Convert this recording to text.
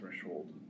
threshold